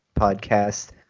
podcast